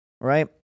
Right